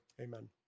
amen